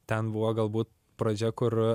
ten buvo galbūt pradžia kur